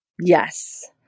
Yes